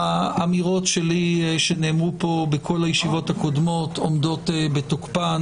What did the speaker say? האמירות שלי שנאמרו פה בכל הישיבות הקודמות עומדות בתוקפן.